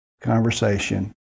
conversation